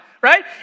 right